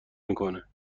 میکنه